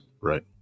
Right